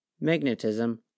magnetism